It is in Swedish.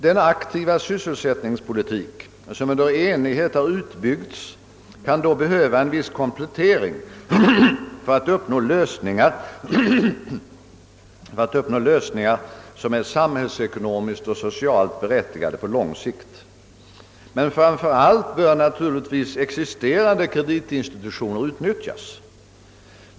Den aktiva sysselsättningspolitiken, som <under enighet har utbyggts, kan då behöva en viss komplettering för att uppnå lösningar som är samhällsekonomiskt och socialt berättigade på lång sikt, men framför allt bör naturligtvis existerande kreditinstitutioner utnyttjas.